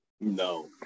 No